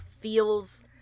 feels